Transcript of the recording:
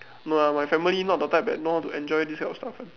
no lah my family not the type that know how to enjoy this type of stuff [one]